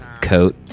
coat